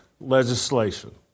legislation